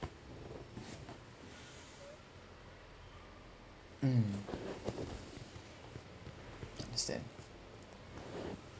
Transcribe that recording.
mm understand